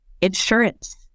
insurance